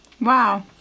Wow